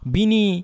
Bini